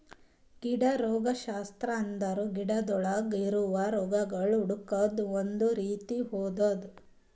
ಗಿಡ ರೋಗಶಾಸ್ತ್ರ ಅಂದುರ್ ಗಿಡಗೊಳ್ದಾಗ್ ಇರವು ರೋಗಗೊಳ್ ಹುಡುಕದ್ ಒಂದ್ ರೀತಿ ಓದದು